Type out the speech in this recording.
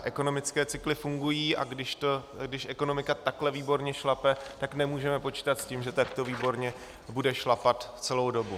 Ekonomické cykly fungují, a když ekonomika takhle výborně šlape, nemůžeme počítat s tím, že takto výborně bude šlapat celou dobu.